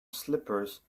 slippers